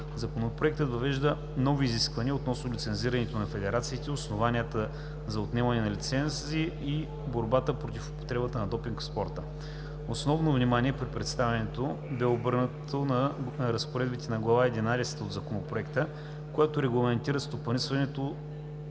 Законопроектът въвежда нови изисквания относно лицензирането на федерациите, основанията за отнемането на лиценза и борбата против употребата на допинг в спорта. Основно внимание при представянето бе обърнато на разпоредбите на Глава единадесета от Законопроекта, която регламентира стопанисването,